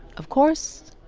of course,